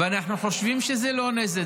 ואנו חושבים שזה לא נס.